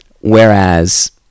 whereas